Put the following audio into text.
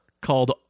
called